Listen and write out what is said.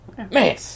Man